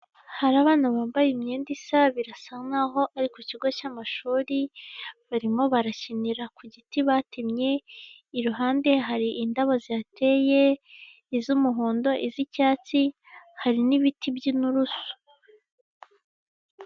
Hari abana bambaye imyenda isa, birasa nk'aho ari ku kigo cy'amashuri, barimo barakinira ku giti batemye, iruhande hari indabo ziteye, iz'umuhondo, iz'icyatsi, hari n'ibiti by'inturusu.